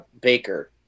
Baker